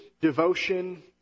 devotion